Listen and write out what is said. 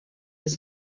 des